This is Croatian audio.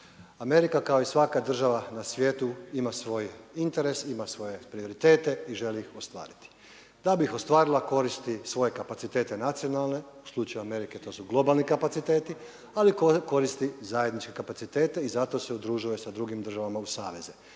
Amerika kao i svaka država na svijetu ima svoj interes, ima svoje prioritete i želi ih ostvariti. Da bi ih ostvarila koristi svoje kapacitete nacionalne, u slučaju Amerike to su globalni kapaciteti, ali koristi zajedničke kapacitete i zato se udružuje sa drugim državama u saveze.